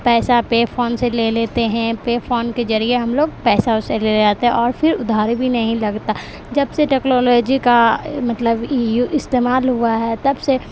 پیسہ pay phone سے لے لیتے ہیں پے فون کے ذریعے ہم لوگ پیسہ اس سے لے لیتے ہیں اور پھر ادھاری بھی نہیں لگتا جب سے ٹیکلالوجی کا مطلب استعمال ہوا ہے تب سے